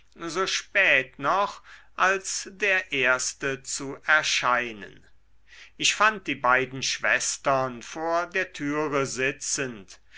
so spät noch als der erste zu erscheinen ich fand die beiden schwestern vor der türe sitzend